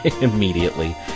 immediately